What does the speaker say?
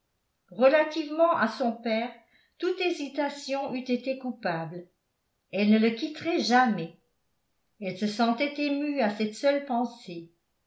relativement à son père toute hésitation eût été coupable elle ne le quitterait jamais elle se sentait émue à cette seule pensée